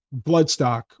bloodstock